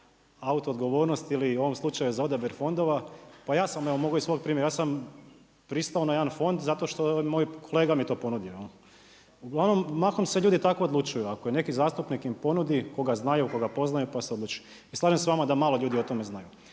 auto odgovornost ili u ovom slučaju za odabir fondova. Pa ja sam mogao evo mogu iz svog primjera. Ja sam pristao na jedan fond zato što moj kolega mi je to ponudio. Uglavnom, mahom se ljudi tako odlučuju. Ako im neki zastupnik im ponudi, koga znaju, koga poznaju pa se odluči. I slažem se s vama da malo ljudi o tome znaju.